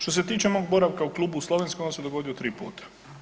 Što se tiče mog boravka u klubu u Slovenskoj, on se dogodio 3 puta.